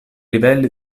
livelli